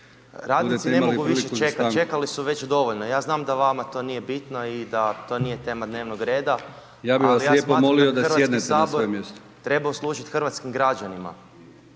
Radnici ne mogu više čekat, čekali su već dovoljno. Ja znam da vama to nije bitno i da to nije tema dnevnog reda, ali ja smatram da Hrvatski sabor treba služit hrvatskim građanima